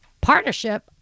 partnership